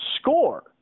score